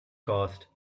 cost